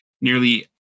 Nearly